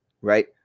Right